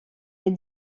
est